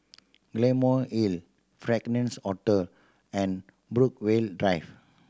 Claymore Hill Fragrance Hotel and Brookvale Drive